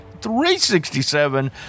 367